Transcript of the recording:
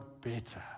better